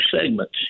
segments